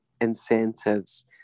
incentives